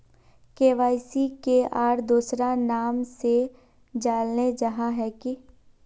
KYC के आर दोसरा नाम से जानले जाहा है की?